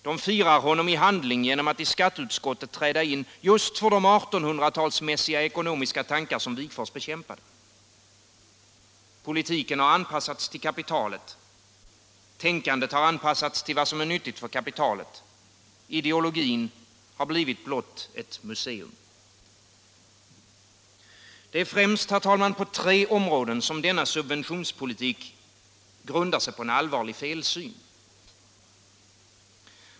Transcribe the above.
De firar honom i handling genom att i skatteutskottet träda in just för de 1800-talsmässiga ekonomiska tankar som Wigforss bekämpade. Politiken har anpassats till kapitalet. Tänkandet har anpassats till vad som är nyttigt för kapitalet. Ideologin har blivit blott ett museum. Främst på tre områden innebär denna subventionspolitik en allvarlig felsyn.